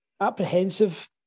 apprehensive